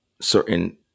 Certain